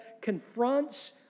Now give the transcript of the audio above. confronts